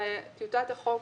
טיוטת החוק